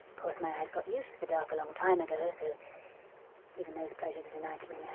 course, my eyes got used to the dark a long time ago. so even those pleasures are denied to me now.